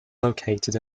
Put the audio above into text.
located